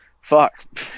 fuck